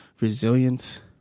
resilience